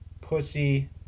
pussy